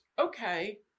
Okay